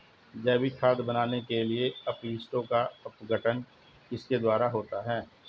जैविक खाद बनाने के लिए अपशिष्टों का अपघटन किसके द्वारा होता है?